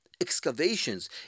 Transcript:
Excavations